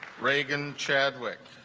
reagan chadwick